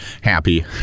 happy